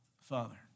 Father